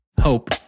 hope